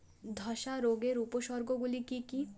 ধসা রোগের উপসর্গগুলি কি কি?